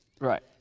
right